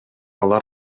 алар